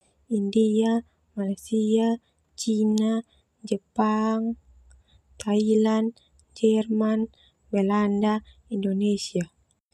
India, Malaysia, Cina, Jepang, Thailand, Jerman, Belanda, Indonesia.